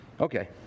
Okay